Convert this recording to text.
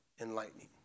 enlightening